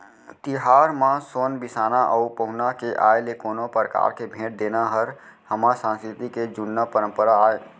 तिहार म सोन बिसाना अउ पहुना के आय ले कोनो परकार के भेंट देना हर हमर संस्कृति के जुन्ना परपंरा आय